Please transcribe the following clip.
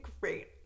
great